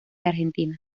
argentina